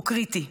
הוא קריטי.